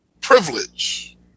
privilege